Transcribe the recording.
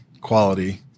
quality